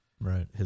Right